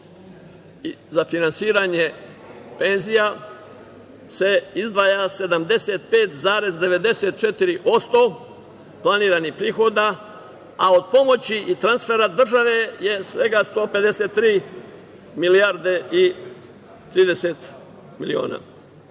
za finansiranje penzija se izdvaja 75,94% planiranih prihoda, a od pomoći i transfera države je svega 153 milijarde i 30 miliona,